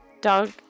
dog